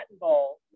Bowl